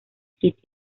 kits